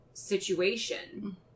situation